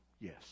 Yes